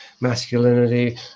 masculinity